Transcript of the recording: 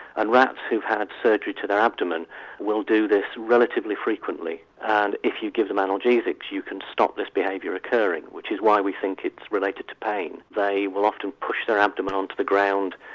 and rats who've had surgery to their abdomen will do this relatively frequently and if you give them analgesics you can stop this behaviour occurring, which is why we think it's related to pain. they will often push their abdomen onto the ground,